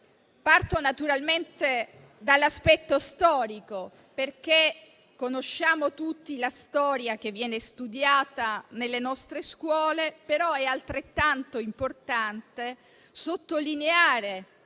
Parto dall'aspetto storico, perché conosciamo tutti la storia che viene studiata nelle nostre scuole. È però altrettanto importante sottolineare,